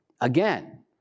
Again